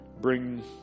bring